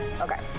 okay